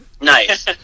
Nice